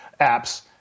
apps